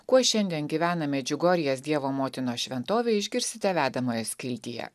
kuo šiandien gyvena medžiugorjės dievo motinos šventovė išgirsite vedamoje skiltyje